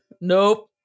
nope